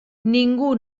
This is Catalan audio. ningú